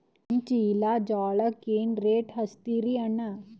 ಒಂದ ಚೀಲಾ ಜೋಳಕ್ಕ ಏನ ರೇಟ್ ಹಚ್ಚತೀರಿ ಅಣ್ಣಾ?